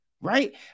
Right